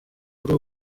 kuri